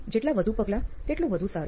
જેટલા વધુ પગલાં તેટલું વધુ સારું